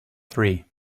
three